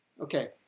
Okay